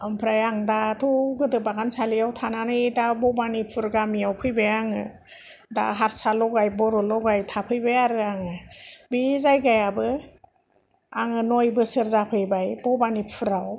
आमफ्राय आं दाथ' गोदो बागानसालियाव थानानै दा बबानिफुर गामियाव फैबाय आङो दा हारसा लगाय बर' लगाय थाफैबाय आरो आङो बि जायगायावबो आङो नय बोसोर जाफैबाय बबानिफुराव